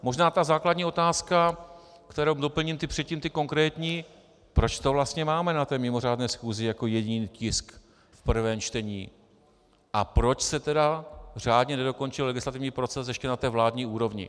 Možná ta základní otázka, kterou doplním předtím ty konkrétní, proč to vlastně máme na té mimořádné schůzi jako jediný tisk v prvém čtení, a proč se tedy řádně nedokončil legislativní proces ještě na té vládní úrovni.